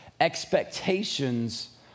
expectations